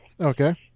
Okay